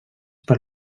per